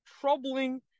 troubling